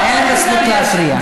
אין לך זכות להפריע.